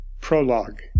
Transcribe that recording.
Prologue